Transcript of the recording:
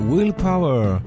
Willpower